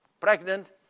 pregnant